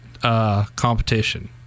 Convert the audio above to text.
competition